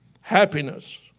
happiness